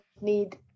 need